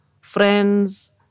friends